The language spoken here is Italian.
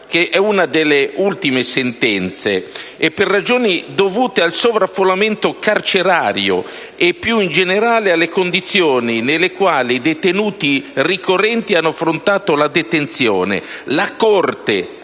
che è una delle ultime sentenze in materia. Per ragioni dovute al sovraffollamento carcerario e, più in generale, alle condizioni nelle quali i detenuti ricorrenti hanno affrontato la detenzione, la Corte